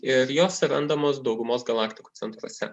ir jos randamos daugumos galaktikų centruose